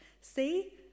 See